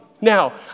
Now